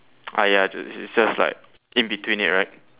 ah ya j~ it's just like in between it right